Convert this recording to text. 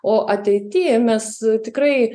o ateity mes tikrai